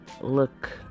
look